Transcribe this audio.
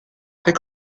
très